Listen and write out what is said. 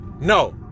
no